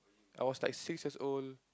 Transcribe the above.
I was like six years' old